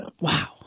Wow